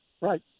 right